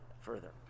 further